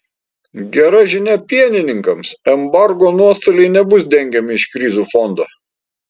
gera žinia pienininkams embargo nuostoliai nebus dengiami iš krizių fondo